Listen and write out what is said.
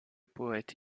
poète